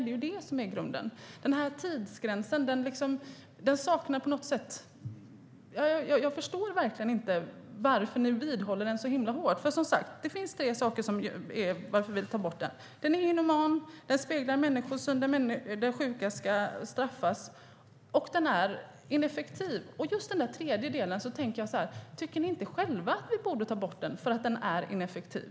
Det är det som är grunden. Jag förstår verkligen inte varför ni vidhåller tidsgränsen så hårt. Det finns som sagt tre saker som gör att vi vill ta bort den. Den är inhuman, den speglar en människosyn som innebär att sjuka ska straffas och den är ineffektiv. Tycker ni inte själva att vi ska ta bort den, just eftersom den är ineffektiv?